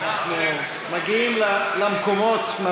אנחנו מגיעים למקומות,